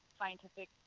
scientific